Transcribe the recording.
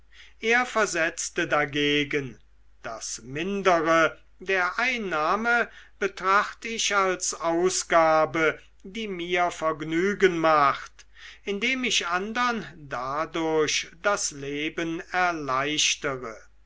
er versetzte dagegen das mindere der einnahme betracht ich als ausgabe die mir vergnügen macht indem ich andern dadurch das leben erleichtere